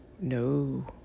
no